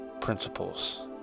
principles